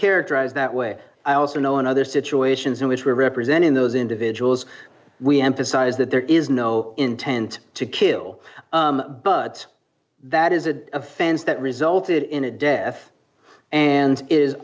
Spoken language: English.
characterized that way i also know in other situations in which we are representing those individuals we emphasize that there is no intent to kill but that is an offense that resulted in a death and is